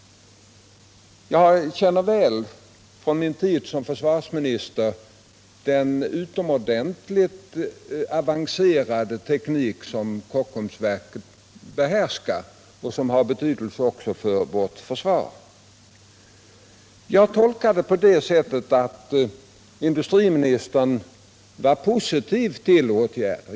Från min tid som försvarsminister känner jag väl till den utomordentligt avancerade teknik som Kockums behärskar och som har betydelse också för vårt försvar. Jag tolkar svaret på det sättet att industriministen var positiv till åtgärder.